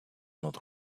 not